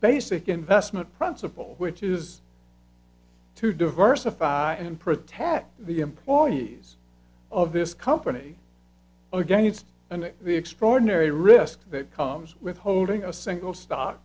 basic investment principle which is to diversify and protect the employees of this company against and the extraordinary risk that comes with holding a single stock